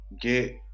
get